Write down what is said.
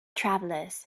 travelers